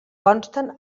consten